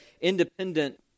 independent